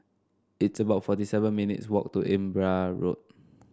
it's about forty seven minutes walk to Imbiah Road